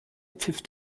pfiff